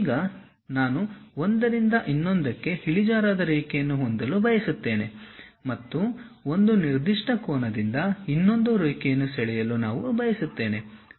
ಈಗ ನಾನು ಒಂದರಿಂದ ಇನ್ನೊಂದಕ್ಕೆ ಇಳಿಜಾರಾದ ರೇಖೆಯನ್ನು ಹೊಂದಲು ಬಯಸುತ್ತೇನೆ ಮತ್ತು ಒಂದು ನಿರ್ದಿಷ್ಟ ಕೋನದೊಂದಿಗೆ ಇನ್ನೊಂದು ರೇಖೆಯನ್ನು ಸೆಳೆಯಲು ನಾನು ಬಯಸುತ್ತೇನೆ